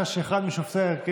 מאוחר יותר.